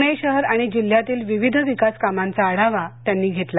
पुणे शहर आणि जिल्ह्यातील विविध विकास कामांचा आढावा त्यांनी घेतला